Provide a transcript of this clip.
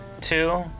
Two